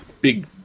big